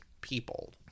people